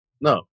no